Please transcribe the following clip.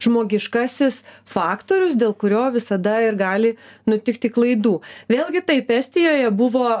žmogiškasis faktorius dėl kurio visada ir gali nutikti klaidų vėlgi taip estijoje buvo